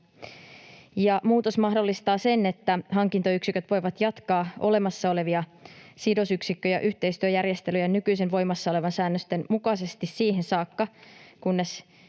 Muutos mahdollistaa sen, että hankintayksiköt voivat jatkaa olemassa olevia sidosyksikkö- ja yhteistyöjärjestelyjä nykyisin voimassa olevien säännösten mukaisesti siihen saakka, kunnes